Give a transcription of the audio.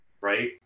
right